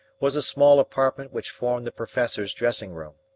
was a small apartment which formed the professor's dressing-room.